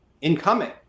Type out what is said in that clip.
incoming